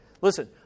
listen